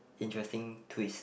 interesting twist